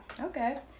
Okay